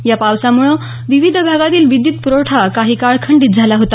या पावसामुळं विविध भागांतील विद्युत प्रवठा काही काळ खंडित झाला होता